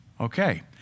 Okay